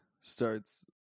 starts